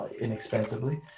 inexpensively